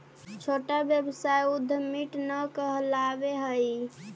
छोटा व्यवसाय उद्यमीट न कहलावऽ हई